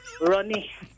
Ronnie